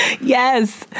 yes